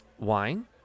Wine